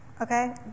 Okay